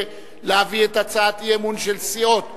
להביא את הצעת האי-אמון של סיעות חד"ש,